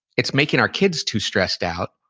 it's making our kids too stressed out.